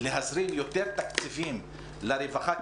להזרים יותר תקציבים לרווחה,